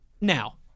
now